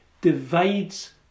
divides